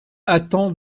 attend